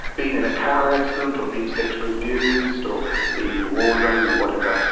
being in a car accident or being sexually abused or being in a war zone or whatever,